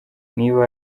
niba